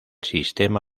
sistema